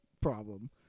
problem